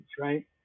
right